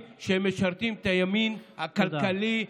שהם משרתים את הימין הכלכלי האכזרי,